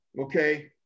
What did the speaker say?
okay